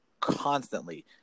constantly